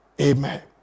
Amen